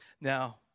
Now